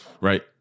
right